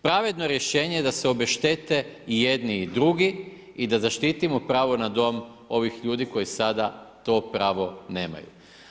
Pravedno rješenje je da se obeštete i jedni i drugi i da zaštitimo pravo na dom ovih ljudi koji sada to pravo nemaju.